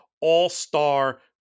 all-star